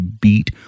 beat